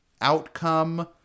outcome